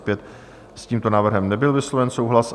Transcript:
S tímto návrhem nebyl vysloven souhlas.